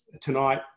tonight